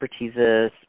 expertises